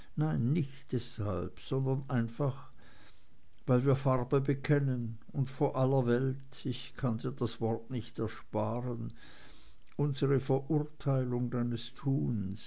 nicht deshalb sondern einfach weil wir farbe bekennen und vor aller welt ich kann dir das wort nicht ersparen unsere verurteilung deines tuns